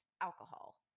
alcohol